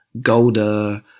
Golda